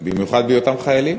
במיוחד בהיותם חיילים.